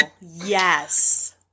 Yes